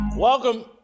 Welcome